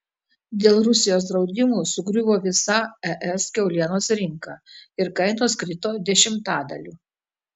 dėl rusijos draudimų sugriuvo visa es kiaulienos rinka ir kainos krito dešimtadaliu